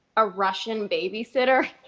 a russian babysitter.